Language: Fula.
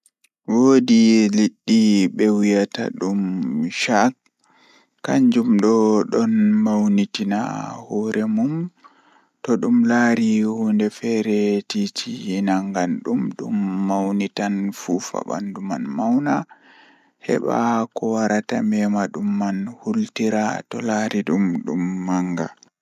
Eh ndikka jannga haala ceede Ko sabu ngal, yimɓe foti waawi sosde noyiɗɗo e laawol tawa leydi e nder caɗeele. Economics e finance no waawi heɓugol maɓɓe ngal on, ko fayde ɗum e tawti caɗeele e noyiɗɗo e keewɗi ngam ngoodi. Kono, waɗde economics e finance no waawi njama faami ko moƴƴi e ɓe waɗtudee firtiimaaji ngal e ngal hayɓe.